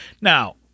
now